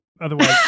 Otherwise